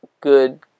good